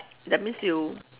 that means you